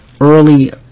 early